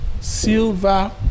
silver